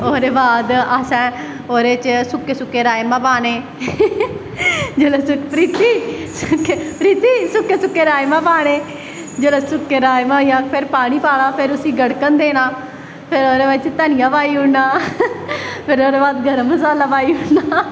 ओह्दे बाद असें ओह्दे च सुक्के सुक्के राजमा पाने जिसलै परीती सुक्के सुक्के राजमा पाने जिसलै सुक्के राजमा होईये पानी पाना उसी गड़कन देना फिर ओह्दे बिच्च धनियां पाई ओड़ना फिर ओह्दे बाद गर्म मसाला पाई ओड़ना